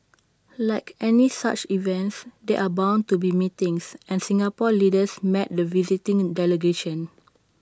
like any such events there are bound to be meetings and Singapore's leaders met the visiting delegation